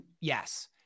yes